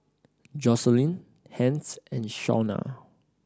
Joselin Hence and Shawnna